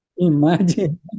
Imagine